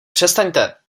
přestaňte